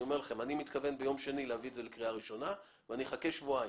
אני מתכוון ביום שני להביא את זה לקריאה ראשונה ואני אחכה שבועיים.